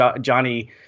Johnny